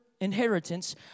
inheritance